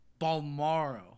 balmaro